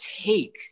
take